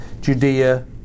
Judea